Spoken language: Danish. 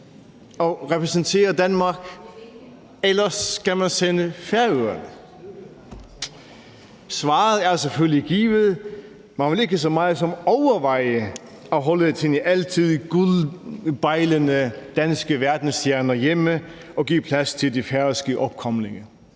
og repræsentere Danmark, eller skal man sende Færøerne? Svaret er selvfølgelig givet. Man vil ikke så meget som overveje at holde sine altid guldbejlende danske verdensstjerner hjemme og give plads til de færøske opkomlinge